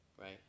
right